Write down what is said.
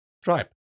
Stripe